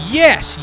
yes